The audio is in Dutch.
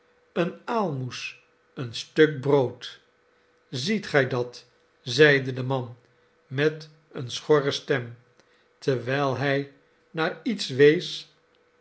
eene aalmoes een stuk brood ziet gij dat zeide de man met eene schorre stem terwijl hij naar iets wees